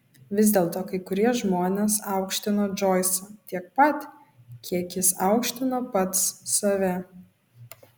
vis dėlto kai kurie žmonės aukštino džoisą tiek pat kiek jis aukštino pats save